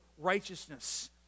righteousness